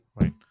Right